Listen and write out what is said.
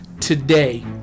today